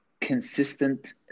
consistent